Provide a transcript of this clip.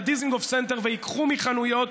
לדיזינגוף סנטר וייקחו מחנויות,